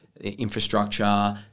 infrastructure